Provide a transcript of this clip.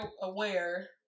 aware